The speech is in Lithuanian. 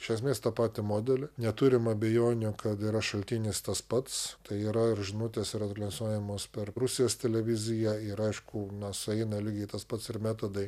iš esmės tą patį modelį neturim abejonių kad yra šaltinis tas pats tai yra ir žinutes ir adresuojamos per rusijos televiziją ir aišku na sueina lygiai tas pats ir metodai